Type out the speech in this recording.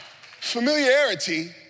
familiarity